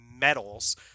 metals